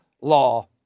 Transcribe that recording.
law